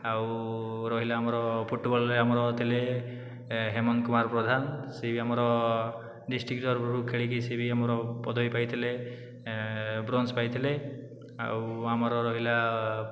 ଆଉ ରହିଲା ଆମର ଫୁଟବଲରେ ଆମର ଥିଲେ ହେମନ୍ତ କୁମାର ପ୍ରଧାନ ସେ ବି ଆମର ଡିଷ୍ଟିକ ତରଫରୁ ଖେଳିକି ସେ ବି ଆମର ପଦବି ପାଇଥିଲେ ବ୍ରୋଞ୍ଜ ପାଇଥିଲେ ଆଉ ଆମର ରହିଲା